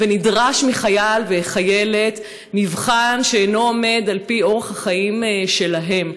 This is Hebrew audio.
ונדרש מחייל וחיילת מבחן שאינו על פי אורח החיים שלהם,